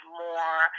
more